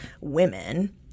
women